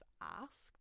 asked